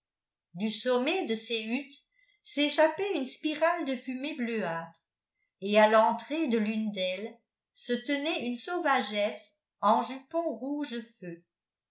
du sommet de ces huttes s'échappait une spirale de fumée bleuâtre et à l'entrée de l'une d'elles se tenait une sauvagesse en jupon rouge feu